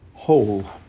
whole